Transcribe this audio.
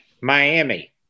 Miami